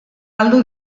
galdu